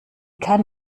kann